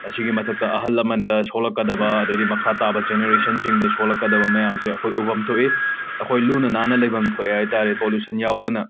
ꯑꯁꯤꯒꯤ ꯃꯊꯛꯇ ꯑꯍꯜ ꯂꯃꯟꯗ ꯁꯣꯛꯂꯛꯀꯗꯕ ꯑꯗꯩꯗꯤ ꯃꯈꯥ ꯇꯥꯕ ꯖꯦꯅꯦꯔꯦꯁꯟꯁꯤꯡꯗ ꯁꯣꯛꯂꯛꯀꯗꯕ ꯃꯌꯥꯝꯁꯦ ꯑꯩꯈꯣꯏ ꯎꯐꯝ ꯊꯣꯛꯏ ꯑꯩꯈꯣꯏ ꯂꯨꯅ ꯅꯥꯟꯅ ꯂꯩꯐꯝ ꯊꯣꯛꯑꯦ ꯍꯥꯏꯇꯥꯔꯦ ꯄꯣꯂꯨꯁꯟ ꯌꯥꯎꯗꯅ